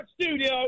studio